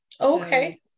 Okay